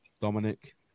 Dominic